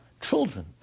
children